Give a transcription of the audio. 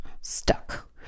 stuck